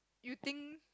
you think